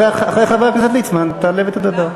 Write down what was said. אתה לא יכול.